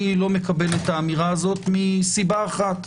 איני מקבל את האמירה הזו מסיבה אחת.